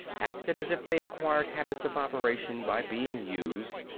acted as if they acquired habits of operation by being used,